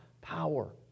power